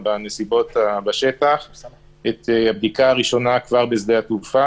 את הבדיקה הראשונה כבר בשדה התעופה.